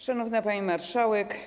Szanowna Pani Marszałek!